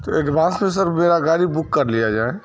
تو ایڈوانس میں سر میرا گاڑی بک کر لیا جائے